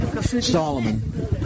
Solomon